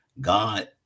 god